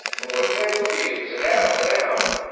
what can i do for you? sit down, sit down.